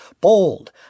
bold